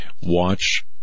watch